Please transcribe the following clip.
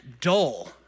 dull